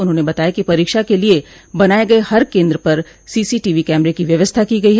उन्होंने बताया कि परीक्षा के लिये बनाए गए हर केन्द्र पर सीसीटीवी कैमरे की व्यवस्था की गई है